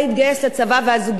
הצבא לא רצה אותו,